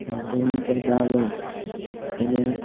અને જેની ઉપર દાવ હોય એને